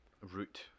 route